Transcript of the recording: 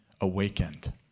awakened